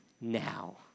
now